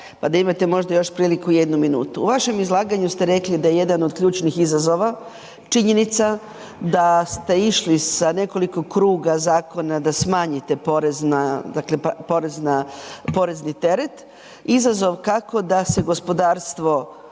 pa da imate možda još priliku jednu minutu. U vašem izlaganju ste rekli da je jedan od ključnih izazova činjenica da ste išli sa nekoliko kruga zakona da smanjite porezni teret. Izazov kako da se gospodarstvo